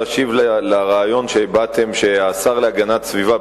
להשיב על הרעיון שהבעתם שהשר להגנת סביבה,